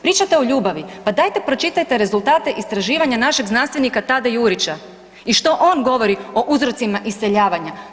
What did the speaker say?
Pričajte o ljubavi pa dajte pročitajte rezultate istraživanja našeg znanstvenika Tade Jurića i što on govori o uzrocima iseljavanja.